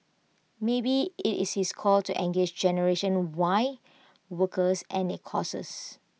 maybe IT is his call to engage generation Y workers and their causes